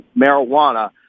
marijuana